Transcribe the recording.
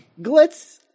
Glitz